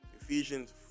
Ephesians